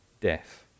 death